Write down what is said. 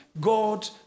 God